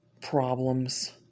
problems